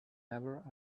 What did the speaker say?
never